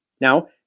Now